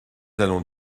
allons